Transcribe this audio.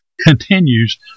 continues